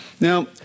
Now